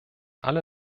alle